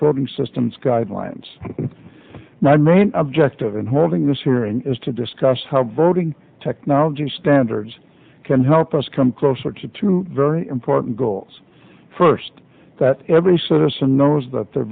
fording systems guidelines my main objective in holding this hearing is to discuss how voting technology standards can help us come closer to two very important goals first that every citizen knows that their